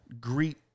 greet